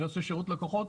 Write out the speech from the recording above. בנושא שרות לקוחות,